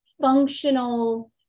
functional